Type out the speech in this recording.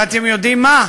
ואתם יודעים מה?